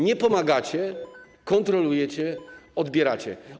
Nie pomagacie, kontrolujecie, odbieracie.